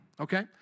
okay